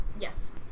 Yes